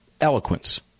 eloquence